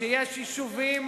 שיש יישובים,